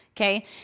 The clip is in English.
Okay